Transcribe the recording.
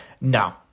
No